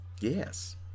yes